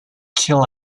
kill